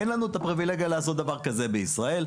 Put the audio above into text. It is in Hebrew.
אין לנו את הפריבילגיה לעשות דבר כזה בישראל.